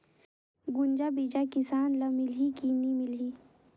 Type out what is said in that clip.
गुनजा बिजा किसान ल मिलही की नी मिलही?